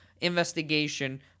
investigation